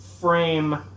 frame